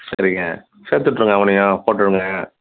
சரிங்க சேர்த்துவுட்ருங்க அவனையும் போட்டுவிடுங்க